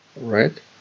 right